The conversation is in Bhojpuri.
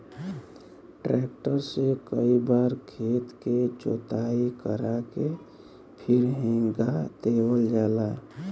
ट्रैक्टर से कई बार खेत के जोताई करा के फिर हेंगा देवल जाला